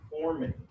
forming